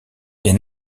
des